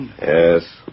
Yes